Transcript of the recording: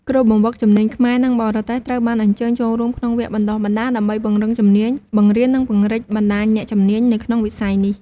គ្រូបង្វឹកជំនាញខ្មែរនិងបរទេសត្រូវបានអញ្ជើញចូលរួមក្នុងវគ្គបណ្តុះបណ្តាល ដើម្បីពង្រឹងជំនាញបង្រៀន និងពង្រីកបណ្តាញអ្នកជំនាញនៅក្នុងវិស័យនេះ។